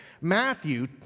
Matthew